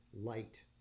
light